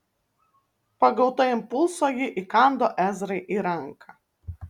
pagauta impulso ji įkando ezrai į ranką